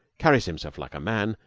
carries himself like a man,